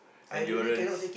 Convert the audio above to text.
endurance